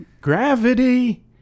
Gravity